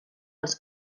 els